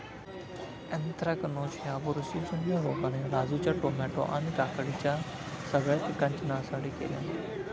anthracnose ह्या बुरशीजन्य रोगान राजूच्या टामॅटो आणि काकडीच्या सगळ्या पिकांची नासाडी केल्यानं